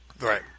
right